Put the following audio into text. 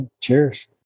Cheers